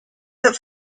that